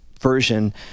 version